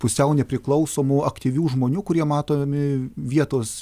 pusiau nepriklausomų aktyvių žmonių kurie matomi vietos